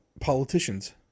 politicians